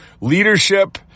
leadership